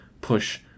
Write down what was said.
push